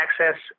access